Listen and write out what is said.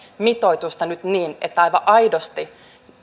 mitoitusta nyt niin että aivan aidosti